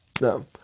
No